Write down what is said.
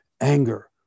anger